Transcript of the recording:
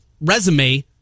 resume